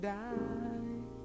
die